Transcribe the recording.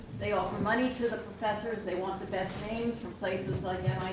they offer money to the professors. they want the best names from places like